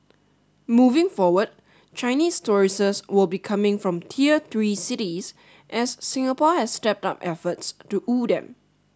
moving forward Chinese tourists will be coming from tier three cities as Singapore has stepped up efforts to woo them